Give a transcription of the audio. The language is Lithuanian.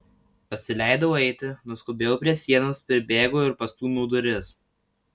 pasileidau eiti nuskubėjau prie sienos pribėgau ir pastūmiau duris